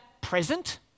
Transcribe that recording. present